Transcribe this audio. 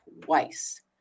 twice